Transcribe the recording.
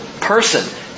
person